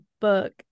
book